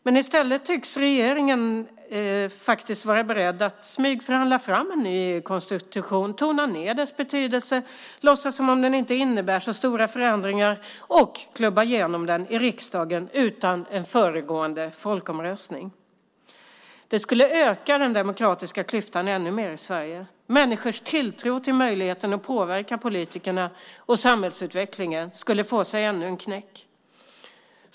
I stället tycks regeringen faktiskt vara beredd att smygförhandla fram en ny EU-konstitution, tona ned dess betydelse, låtsas som att den inte innebär så stora förändringar och klubba igenom den i riksdagen utan en föregående folkomröstning. Det skulle öka den demokratiska klyftan ännu mer i Sverige. Människors tilltro till möjligheten att påverka politikerna och samhällsutvecklingen skulle få sig ännu en knäck.